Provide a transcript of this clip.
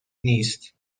نیست